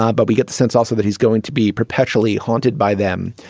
um but we get the sense also that he's going to be perpetually haunted by them.